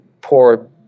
poor